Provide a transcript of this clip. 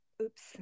Oops